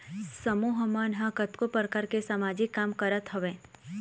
समूह मन ह कतको परकार के समाजिक काम करत हवय